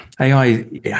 ai